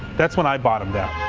that's when i bottomed out.